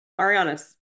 Ariana's